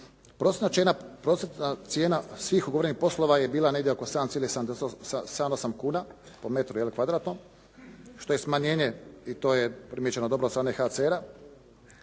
Prosječna cijena svih ugovorenih poslova je bila negdje oko 7, 8 kuna po metru kvadratnom, što je smanjenje, i to je primijećeno dobro od strane HCR-a,